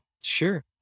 Sure